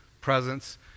presence